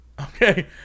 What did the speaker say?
Okay